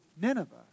Nineveh